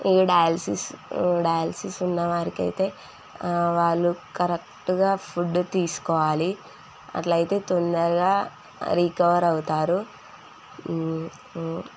ఇంక dialysis dialysis ఉన్న వారికైతే వాళ్ళు కరెక్టుగా ఫుడ్డు తీసుకోవాలి అట్లయితే తొందరగా రీకవర్ అవుతారు